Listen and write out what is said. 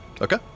Okay